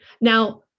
Now